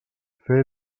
fer